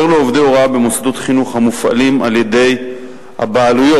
אשר לעובדי הוראה במוסדות חינוך המופעלים על-ידי הבעלויות,